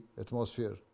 atmosphere